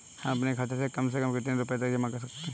हम अपने खाते में कम से कम कितने रुपये तक जमा कर सकते हैं?